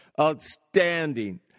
outstanding